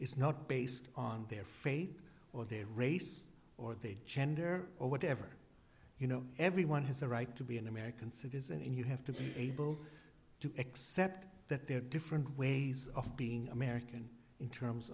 is not based on their faith or their race or their gender or whatever you know everyone has a right to be an american citizen and you have to be able to accept that there are different ways of being american in terms